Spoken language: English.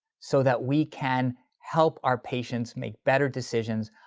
so that we can help our patients make better decisions,